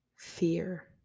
fear